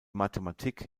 mathematik